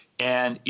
and, you